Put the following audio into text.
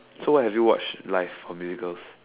so what have you watched live for musicals